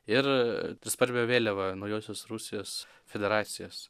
ir trispalvė vėliava naujosios rusijos federacijos